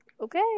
Okay